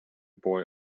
boy